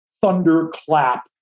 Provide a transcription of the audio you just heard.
thunderclap